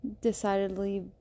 decidedly